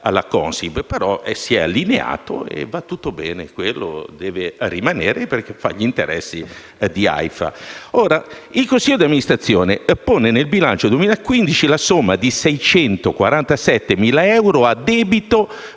consiglio di amministrazione